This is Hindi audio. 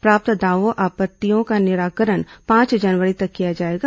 प्राप्त दावों आपत्तियों का निराकरण पांच जनवरी तक किया जाएगा